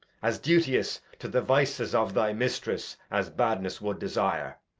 as duteous to the vices of thy mistress as badness would desire.